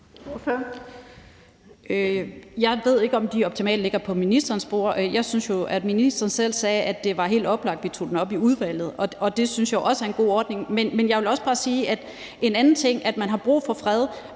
Jeg ved ikke, om det er optimalt, at det ligger på ministerens bord. Jeg hørte jo, at ministeren selv sagde, at det var helt oplagt, at vi tog det op i udvalget, og det synes jeg også er en god idé. Men jeg vil bare sige en anden ting: Man har brug for fred,